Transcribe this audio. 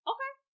Okay